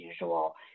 usual